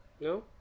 No